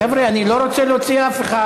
חבר'ה, אני לא רוצה להוציא אף אחד.